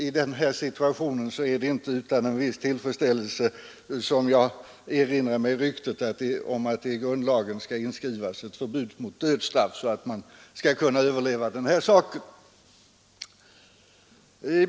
I denna situation är det inte utan en viss tillfredsställelse som jag erinrar mig ryktet om att det i grundlagen skall inskrivas ett förbud mot dödsstraff.